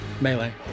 melee